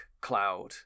cloud